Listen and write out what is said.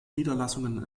niederlassungen